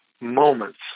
moments